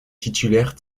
titulaires